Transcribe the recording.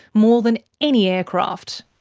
more than any aircraft.